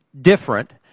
different